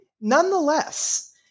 Nonetheless